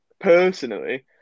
personally